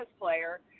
player